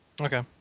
Okay